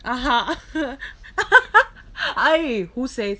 who says